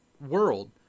world